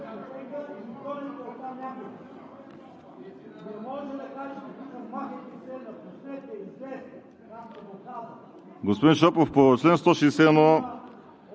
Господин Шопов, по чл. 161,